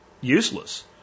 useless